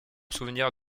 souvenirs